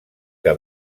que